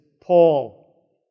Paul